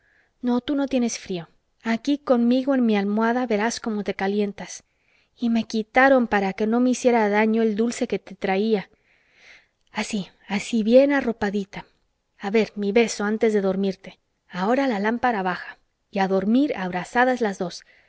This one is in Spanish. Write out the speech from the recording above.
no tú no tienes frío aquí conmigo en mi almohada verás como te calientas y me quitaron para que no me hiciera daño el dulce que te traía así así bien arropadita a ver mi beso antes de dormirte ahora la lámpara baja y a dormir abrazadas las dos